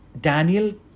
Daniel